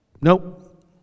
Nope